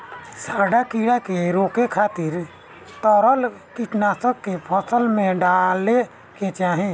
सांढा कीड़ा के रोके खातिर तरल कीटनाशक के फसल में डाले के चाही